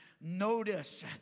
Notice